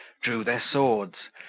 drew their swords,